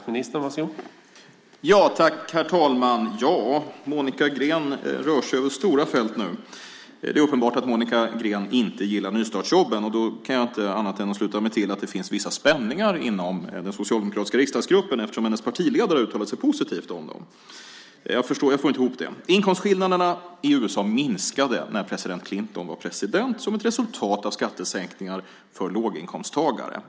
Herr talman! Ja, Monica Green rör sig över stora fält nu. Det är uppenbart att Monica Green inte gillar nystartsjobben. Då kan jag inte annat än att sluta mig till att det finns vissa spänningar inom den socialdemokratiska riksdagsgruppen, eftersom hennes partiledare har uttalat sig positivt om dem. Det går inte ihop. Inkomstskillnaderna i USA minskade när Clinton var president, som ett resultat av skattesänkningar för låginkomsttagare.